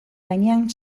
gainean